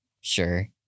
Sure